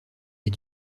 est